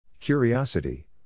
Curiosity